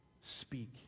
speak